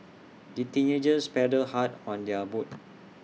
the teenagers paddled hard on their boat